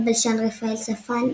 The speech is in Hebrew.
הבלשן רפאל ספן,